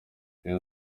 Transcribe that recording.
rayon